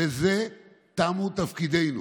אבל לא בזה תמו תפקידינו,